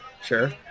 sure